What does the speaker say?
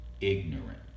ignorant